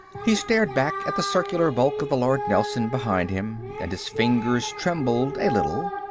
he stared back at the circular bulk of the lord nelson behind him, and his fingers trembled a little.